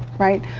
right?